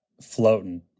floating